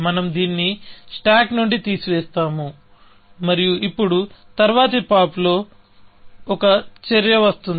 మనం దీన్ని స్టాక్ నుండి తీసివేస్తాము మరియు ఇప్పుడు తరువాతి పాప్లో ఒక చర్య వస్తుంది